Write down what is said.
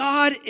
God